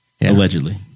Allegedly